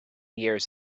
years